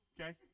Okay